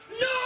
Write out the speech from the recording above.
no